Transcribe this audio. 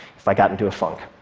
if i got into a funk.